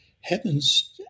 Heavens